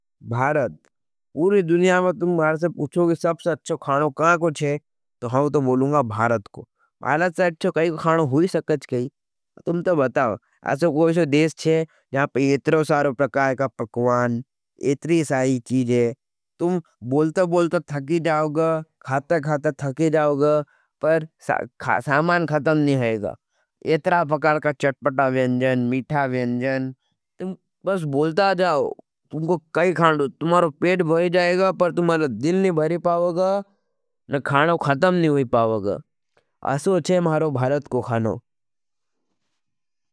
भारत, पूरी जुनिया में तुम भारत से पुछो कि सबसे अच्छो खाणो कहाँ को च्हें तो हम तो बोलूंगा। भारत को भारत से अच्छो कई को खाणो हुई सकच कही तुम तो बताओ। अच्छो कोई शो देश चे तुम बोलता बोलता ठकी जाओगा, खाता खाता ठकी जाओगा। पर सामान ख़तम नहीं हजगा। एत्रा फकाल का चटपटा वेंजन, मीठा वेंजन तुम बस बोलता जाओ। तुमको काई खाणो, तुमारो पेट भोई जाएगा। पर तुमारो दिल नहीं भरी पावग न खाणो ख़तम नहीं हुई पावग असो चे मारो भारत को खाणो।